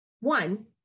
One